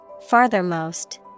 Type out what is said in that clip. Farthermost